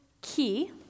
key